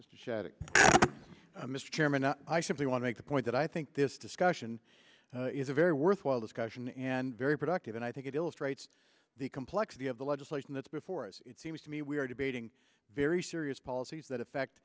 chairman i simply want to make the point that i think this discussion is a very worthwhile discussion and very productive and i think it illustrates the complexity of the legislation that's before us it seems to me we are debating very serious policies that affect